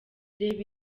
reba